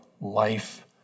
life